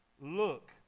Look